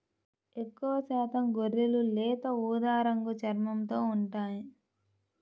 ఎక్కువశాతం గొర్రెలు లేత ఊదా రంగు చర్మంతో ఉంటాయి